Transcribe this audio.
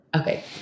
Okay